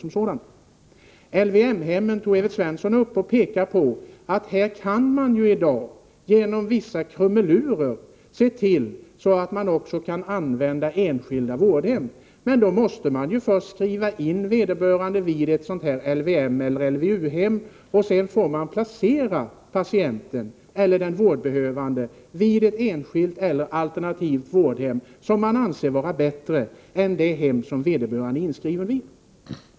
Evert Svensson tog upp frågan om LVM-hemmen och pekade på att man genom så att säga vissa krumelurer i dag kan använda enskilda vårdhem för detta ändamål, men då måste man först skriva in vederbörande vid ett LYM eller LVU-hem, och sedan får man placera patienten eller den vårdbehövande vid ett enskilt eller alternativt vårdhem som man anser vara bättre än det hem som vederbörande är inskriven på.